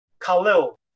Khalil